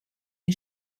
die